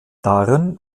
darin